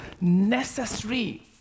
necessary